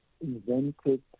invented